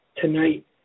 Tonight